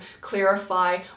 clarify